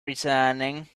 returning